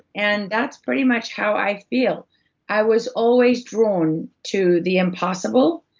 and that's pretty much how i feel i was always drawn to the impossible,